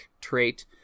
trait